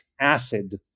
acid